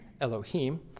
elohim